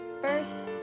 First